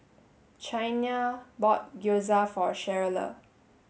Chynna bought Gyoza for Cheryle